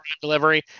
delivery